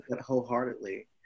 wholeheartedly